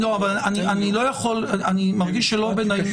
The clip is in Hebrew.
--- לא, אבל אני מרגיש שלא בנעים.